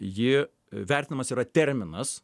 ji vertinimas yra terminas